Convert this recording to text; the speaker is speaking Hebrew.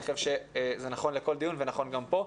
אני חושב שזה נכון לכל דיון ונכון גם פה.